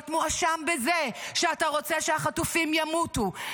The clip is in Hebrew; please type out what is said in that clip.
להיות מואשם בזה שאתה רוצה שהחטופים ימותו,